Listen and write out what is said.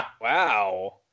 Wow